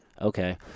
Okay